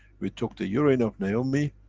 we took the urine of naomi,